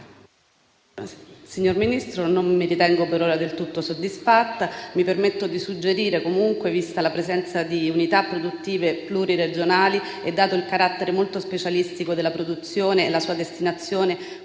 Signor Ministro, non mi ritengo, per ora, del tutto soddisfatta. Mi permetto di suggerire comunque, vista la presenza di unità produttive pluriregionali e dato il carattere molto specialistico della produzione e la sua destinazione